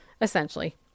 essentially